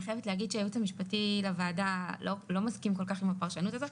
אני חייבת להגיד שהיועץ המשפטי לוועדה לא מסכים כל כך עם הפרשנות הזאת,